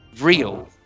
real